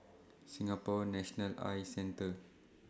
Singapore National Eye Centre